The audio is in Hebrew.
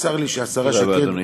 וצר לי שהשרה שקד,